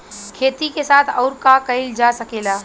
खेती के साथ अउर का कइल जा सकेला?